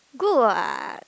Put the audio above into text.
good what